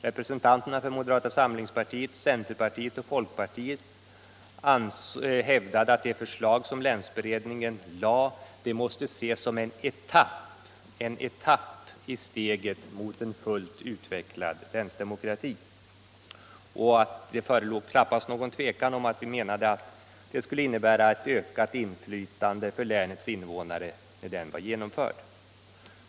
Representanterna för moderata samlingspartiet, centerpartiet och folkpartiet hävdade att det förslag som länsberedningen lade fram måste ses som en etapp på vägen mot en fullt utvecklad länsdemokrati. Det förelåg knappast någon tvekan om att vi menade att det skulle innebära ett ökat inflytande för länets invånare när den var genomförd.